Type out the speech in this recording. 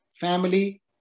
family